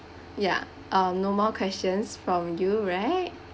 ya uh no more questions from you right